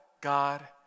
God